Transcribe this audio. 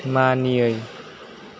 मानियै